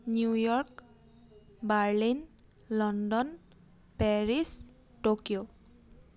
New York Berlin London Paris Tokyo